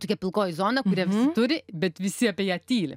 tokia pilkoji zona kurią visi turi bet visi apie ją tyli